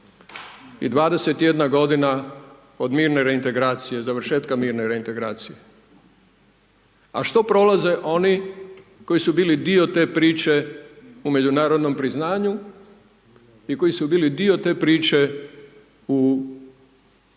i 21 godina od mirne reintegracije, završetka mirne reintegracije, a što prolaze oni koji su bili dio te priče u međunarodnom priznanju i koji su bili dio te priče u realizaciji